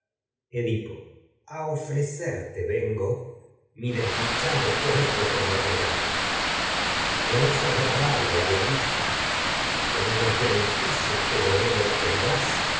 edipo a ofrecerte vengo mi desdichado pero cuerpo como regalo no es agradable a la vista que su los bene ficios de él obtendrás